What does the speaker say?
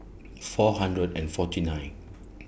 four hundred and forty nine